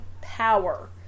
power